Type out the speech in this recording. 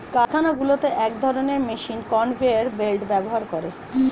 কারখানাগুলোতে এক ধরণের মেশিন কনভেয়র বেল্ট ব্যবহার করে